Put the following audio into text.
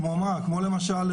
כמו למשל,